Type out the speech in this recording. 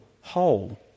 whole